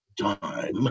time